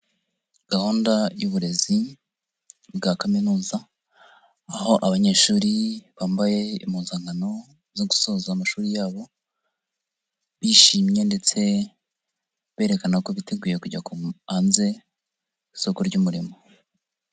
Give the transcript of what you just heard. Gahunda y'uburezi bwa Kaminuza, aho abanyeshuri bambaye impunzankano zo gusoza amashuri yabo, bishimye ndetse berekana ko biteguye kujya ku hanze, isoko ry'umurimo.